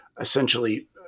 essentially